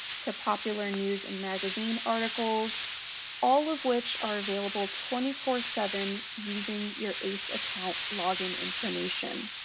to popular news and magazine articles all of which are available twenty four seven using your ace account login information.